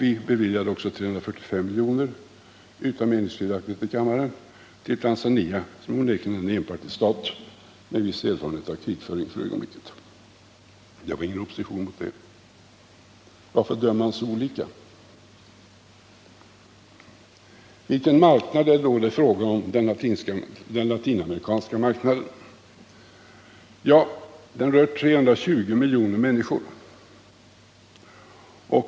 Vi beviljade också, utan meningskiljaktigheter i kammaren, 345 miljoner till Tanzania, som onekligen är en enpartistat med viss färsk erfarenhet av krigföring. Det var ingen opposition mot det. Varför dömer man så olika? Vilken marknad är det då det är fråga om när det gäller Latinamerika? Ja, den Latinamerikanska marknaden rör 320 miljoner människor.